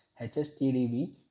HSTDB